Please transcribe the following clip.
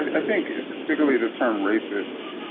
i think particularly the term racist,